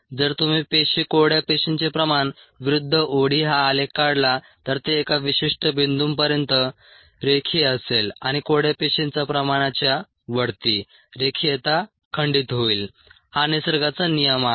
जर तुम्ही पेशी कोरड्या पेशींचे प्रमाण विरुद्ध ओडी हा आलेख काढला तर ते एका विशिष्ट बिंदूपर्यंत रेषीय असेल आणि कोरड्या पेशींचा प्रमाणाच्या वरती रेषीयता खंडित होईल हा निसर्गाचा नियम आहे